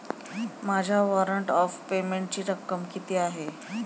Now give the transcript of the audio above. माझ्या warrant of पेमेंटची रक्कम किती आहे?